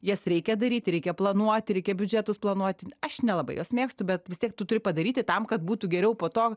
jas reikia daryti reikia planuoti reikia biudžetus planuoti aš nelabai juos mėgstu bet vis tiek tu turi padaryti tam kad būtų geriau po to